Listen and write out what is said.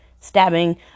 stabbing